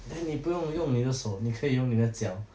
then 你不用你的手你可以用你的脚